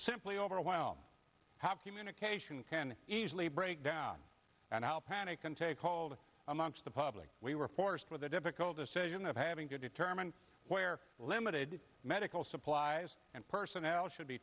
simply overwhelmed how communication can easily break down and how panic can take called amongst the public we were forced with a difficult decision of having to determine where limited medical supplies and personnel should be